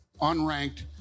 unranked